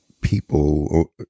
people